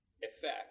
effect